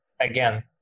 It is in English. again